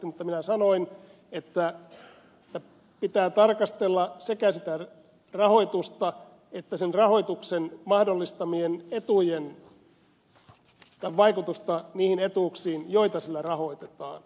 mutta minä sanoin että pitää tarkastella sekä sitä rahoitusta että sen rahoituksen mahdollistamien etujen vaikutusta niihin etuuksiin joita sillä rahoitetaan